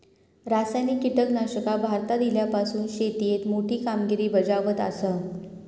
रासायनिक कीटकनाशका भारतात इल्यापासून शेतीएत मोठी कामगिरी बजावत आसा